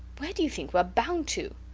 where do you think we are bound to?